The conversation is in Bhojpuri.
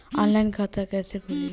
ऑनलाइन खाता कइसे खुली?